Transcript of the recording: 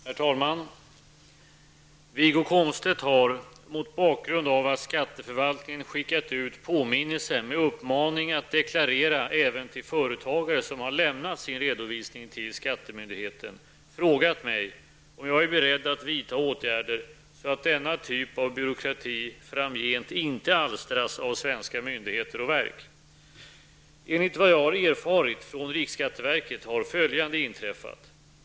Herr talman! Wiggo Komstedt har, mot bakgrund av att skatteförvaltningen skickat ut påminnelse med uppmaning att deklarera även till företagare som har lämnat sin redovisning till skattemyndigheten, frågat mig om jag är beredd att vidta åtgärder så att denna typ av byråkrati framgent inte alstras av svenska myndigheter och verk. Enligt vad jag har erfarit från riksskatteverket har följande inträffat.